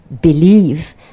believe